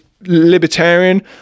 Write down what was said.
libertarian